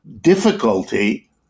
difficulty